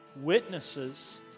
witnesses